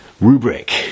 rubric